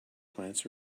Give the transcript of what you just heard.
plants